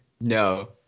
No